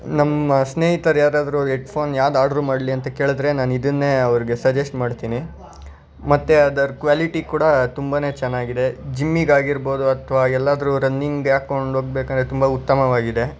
ನಮ್ಮ ಸ್ನೇಹಿತರು ಯಾರಾದರೂ ಎಡ್ಫೋನ್ ಯಾವ್ದು ಆರ್ಡ್ರ ಮಾಡಲಿ ಅಂತ ಕೇಳಿದರೆ ನಾನು ಇದನ್ನೇ ಅವರಿಗೆ ಸಜ್ಜೆಶ್ಟ್ ಮಾಡ್ತಿನಿ ಮತ್ತು ಅದರ ಕ್ವಾಲಿಟಿ ಕೂಡ ತುಂಬನೇ ಚೆನ್ನಾಗಿದೆ ಜಿಮ್ಮಿಗಾಗಿರ್ಬೋದು ಅಥ್ವಾ ಎಲ್ಲಾದರೂ ರನ್ನಿಂಗ್ಗೆ ಹಾಕ್ಕೊಂಡೋಗ್ಬೇಕಾದ್ರೆ ತುಂಬ ಉತ್ತಮವಾಗಿದೆ